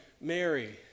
mary